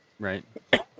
right